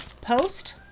post